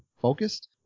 focused